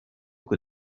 que